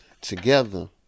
together